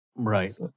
Right